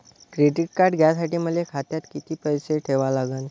Credit card घ्यासाठी मले खात्यात किती पैसे ठेवा लागन?